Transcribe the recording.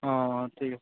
অঁ ঠিক আছে